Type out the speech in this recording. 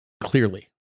Clearly